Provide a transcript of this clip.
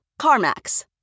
CarMax